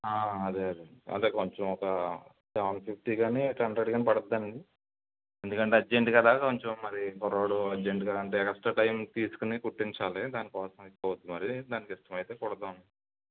అదే అదే అదే కొంచెం ఒక సెవెన్ ఫిఫ్టీ కానీ ఎయిట్ హండ్రెడ్ కానీ పడద్దండి ఎందుకంటే అర్జెంట్ కదా కొంచెం మరీ కుర్రోడు అర్జెంటుగా అంటే కొంచెం ఎగస్ట్రా టైమ్ తీసుకుని కుట్టించాలి దానికోసం ఎక్కువ అవుద్ది మరి దానికి ఇష్టమైతే కుడతాం